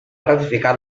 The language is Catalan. ratificar